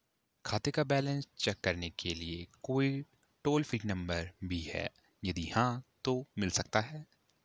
खाते का balance check करने के लिए कोई टॉल फ्री नम्बर भी है यदि हाँ तो मिल सकता है?